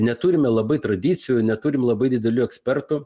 neturime labai tradicijų neturim labai didelių ekspertų